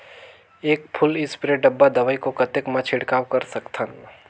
एक full spray डब्बा दवाई को कतेक म छिड़काव कर सकथन?